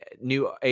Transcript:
new